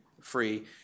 free